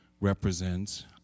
represents